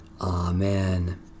Amen